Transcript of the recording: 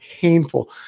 painful